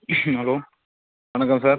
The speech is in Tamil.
ஹலோ வணக்கம் சார்